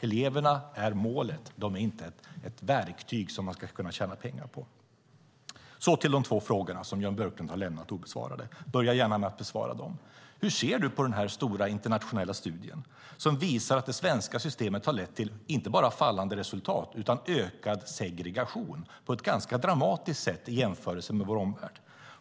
Eleverna är målet, inte ett verktyg som man ska kunna tjäna pengar på. Så till de två frågorna som Jan Björklund har lämnat obesvarade. Börja gärna med att besvara dem. Hur ser du på den stora internationella studien som visar att det svenska systemet har lett till inte bara fallande resultat utan också till ökad segregation på ett ganska dramatiskt sätt i jämförelse med vår omvärld?